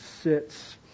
sits